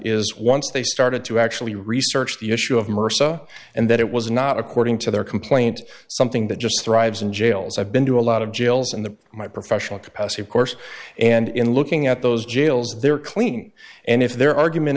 is once they started to actually research the issue of mersa and that it was not according to their complaint something that just thrives in jails i've been to a lot of jails in the my professional capacity of course and in looking at those jails they're clean and if their argument